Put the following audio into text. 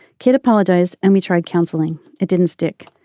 kit apologized and we tried counselling. it didn't stick.